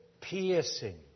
piercing